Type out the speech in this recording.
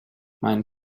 mein